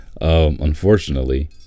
Unfortunately